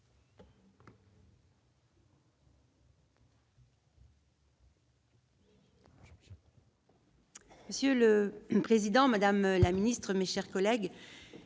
Monsieur le président, madame la ministre, mes chers collègues,